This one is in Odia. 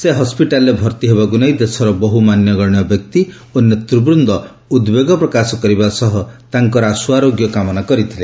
ସେ ହସ୍ୱିଟାଲ୍ରେ ଭର୍ତ୍ତି ହେବାକୁ ନେଇ ଦେଶର ବହୁ ମାନ୍ୟଗଣ୍ୟ ବ୍ୟକ୍ତି ଓ ନେତୃବୃନ୍ଦ ଉଦ୍ବେଗ ପ୍ରକାଶ କରିବା ସହ ତାଙ୍କର ଆଶୁଆରୋଗ୍ୟ କାମନା କରିଥିଲେ